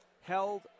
held